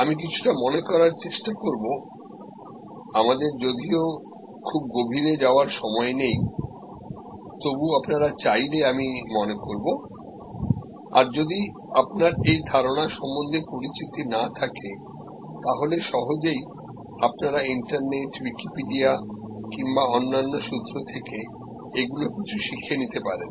আমি কিছুটা মনে করার চেষ্টা করবো আমাদের যদিও খুব গভীরে যাওয়ার সময় নেই তবু আপনারা চাইলে আমি মনে করব আর যদি আপনার এই ধারণা সম্বন্ধে পরিচিতি না থাকে তাহলে সহজেই আপনারা ইন্টারনেট উইকিপিডিয়া কিংবা অন্যান্য সূত্র থেকে এগুলো কিছু শিখে নিতে পারেন